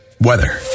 Weather